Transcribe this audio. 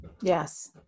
yes